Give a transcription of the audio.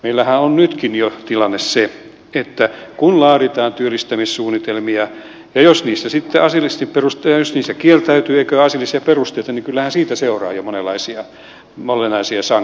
meillähän on nytkin jo tilanne se että kun laaditaan työllistämissuunnitelmia ja jos niistä kieltäytyy eikä ole asiallisia perusteita niin kyllähän siitä seuraa jo monenlaisia sanktioita